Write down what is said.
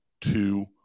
two